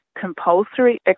compulsory